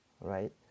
right